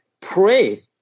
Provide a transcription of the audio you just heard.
pray